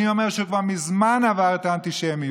אני אומר שהוא כבר מזמן עבר את האנטישמיות.